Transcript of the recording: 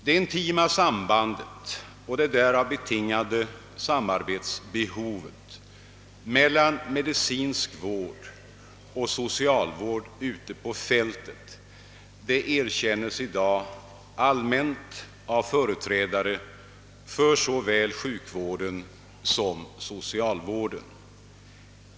Det intima sambandet och det därav betingade behovet av samarbete mellan medicinsk vård och socialvård ute på fältet erkänns i dag allmänt av företrädare för såväl sjukvården som socialvården.